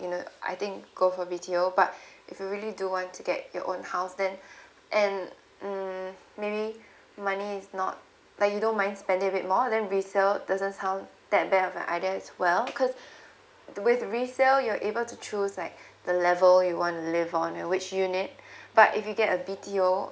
you know I think go for B_T_O but if you really do want to get your own house then tand mm maybe money is not like you don't mind spend little bit more than resale doesn't sound that bad of an idea as well because with resale you're able to choose like the level you want to live on your which unit but if you get B_T_O